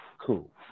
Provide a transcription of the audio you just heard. cool